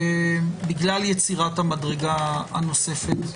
בגלל יצירת המדרגה הנוספת,